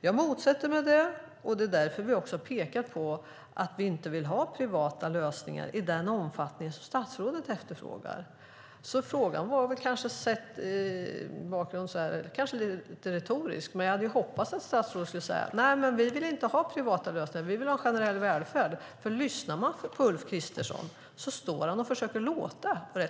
Jag motsätter mig det, och det är därför vi också pekar på att vi inte vill ha privata lösningar i den omfattning som statsrådet efterfrågar. Frågan var väl kanske lite retorisk, men jag hade hoppats att statsrådet skulle säga: Nej, vi vill inte ha privata lösningar, utan vi vill ha generell välfärd. Lyssnar man på Ulf Kristersson hör man att han rätt ofta försöker